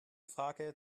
frage